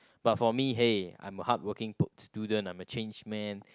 but for me hey I'm a hardworking student I'm a changed man